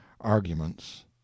arguments